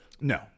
No